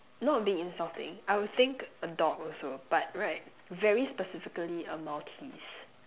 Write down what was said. not being insulting I would think a dog also but right very specifically a Maltese